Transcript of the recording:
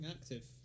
active